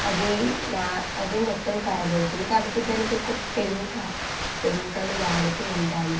అది అది మొత్తం కరాబ్ అవుతుంది కాబట్టి దానికి ఒక్క పెంక పెంకను వాడుతూ ఉంటాము